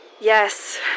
Yes